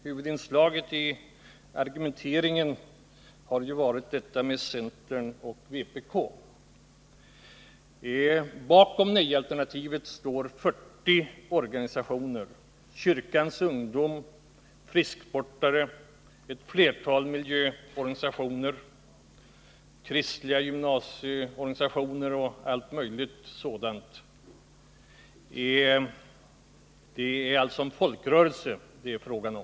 Huvudinslaget i argumenteringen har ju varit detta med centern och vpk. Bakom nej-alternativet står 40 organisationer — kyrkans ungdom, frisksportare, ett flertal miljöorganisationer, kristliga gymnasieorganisationer osv. Det är alltså en folkrörelse som det är fråga om.